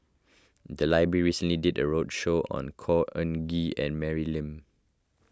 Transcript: the library recently did a roadshow on Khor Ean Ghee and Mary Lim